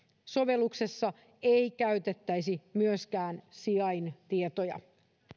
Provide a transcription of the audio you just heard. sovelluksessa ei käytettäisi myöskään sijaintietoja